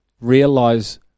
realize